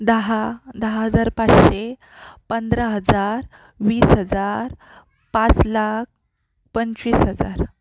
दहा दहा हजार पाचशे पंधरा हजार वीस हजार पाच लाख पंचवीस हजार